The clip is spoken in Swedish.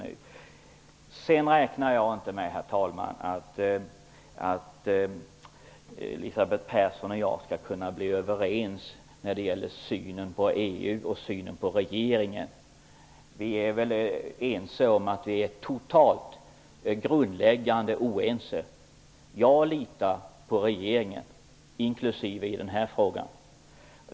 Men jag räknar inte med, herr talman, att Elisabeth Persson och jag skall kunna bli överens när det gäller synen på EU och synen på regeringen. Vi är säkerligen ense om att vi är totalt grundläggande oense. Jag litar på regeringen -- även i denna fråga.